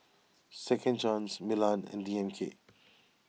Second Chance Milan and D M K